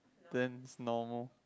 then is normal